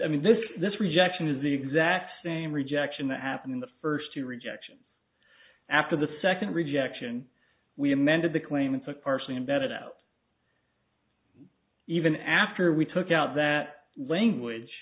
i mean this this rejection is the exact same rejection that happened in the first two rejections after the second rejection we amended the claimant's of partially embedded out even after we took out that language